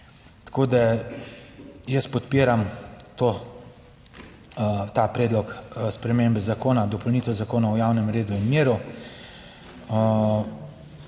Tako da jaz podpiram ta predlog spremembe zakona dopolnitve Zakona o javnem redu in miru.